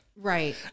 Right